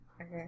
Okay